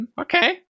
Okay